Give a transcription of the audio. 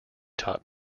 taught